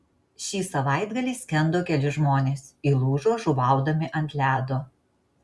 šį savaitgalį skendo keli žmonės įlūžo žuvaudami ant ledo